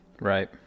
Right